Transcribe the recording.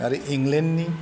आरो इंलेण्ड नि